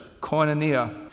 koinonia